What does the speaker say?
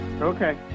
Okay